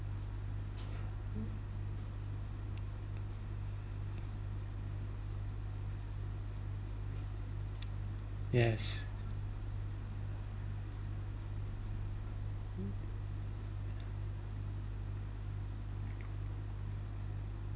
yes